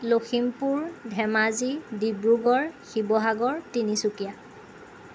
Lakhimpur Dhemaji Dibrugarh Sivasagar Tinsukia